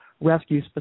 rescue